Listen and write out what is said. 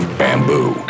bamboo